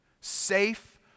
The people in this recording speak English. safe